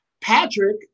Patrick